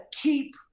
keep